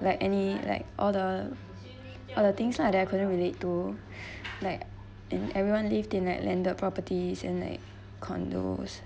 like any like all the all the things lah that I couldn't relate to like in everyone live in a landed properties in like condos